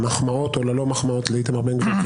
למחמאות או ללא מחמאות לאיתמר בן גביר כי